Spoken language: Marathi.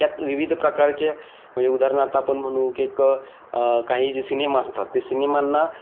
त्यात विविध प्रकारचे म्हणजे उदाहरणार्थ आपण म्हणू की एक काही जे सिनेमा असतात ते सिनेमांना